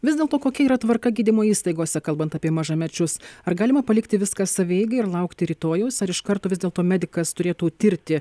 vis dėlto kokia yra tvarka gydymo įstaigose kalbant apie mažamečius ar galima palikti viską savieigai ir laukti rytojaus ar iš karto vis dėlto medikas turėtų tirti